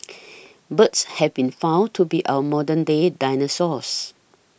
birds have been found to be our modern day dinosaurs